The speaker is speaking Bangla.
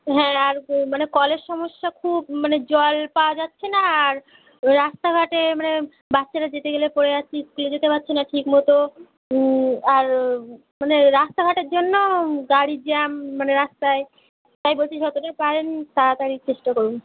হ্যাঁ আর মানে কলের সমস্যা খুব মানে জল পাওয়া যাচ্ছে না আর রাস্তাঘাটে মানে বাচ্চারা যেতে গেলে পড়ে যাচ্ছে স্কুলে যেতে পারছে না ঠিক মতো আর মানে রাস্তাঘাটের জন্য গাড়ির জ্যাম মানে রাস্তায় তাই বলছি যতটা পারেন তাড়াতাড়ি চেষ্টা করুন